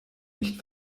nicht